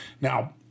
Now